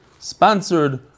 Sponsored